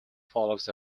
follows